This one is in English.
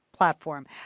Platform